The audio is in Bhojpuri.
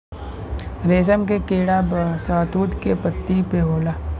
रेशम के कीड़ा शहतूत के पत्ती पे होला